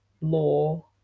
law